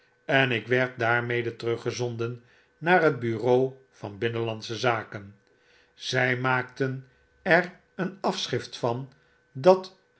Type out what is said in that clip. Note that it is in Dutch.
en ik werd da armede teruggezondennaarhetbureau van binnenlandsche zaken zy maakten er een afschrift van dat